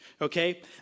okay